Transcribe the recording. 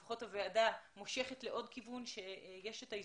לפחות הוועדה מושכת לעוד כיוון כאשר יש כאן את